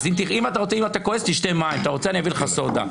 אז אם אתה כועס תשתה מים, אתה רוצה, אתן לך סודה.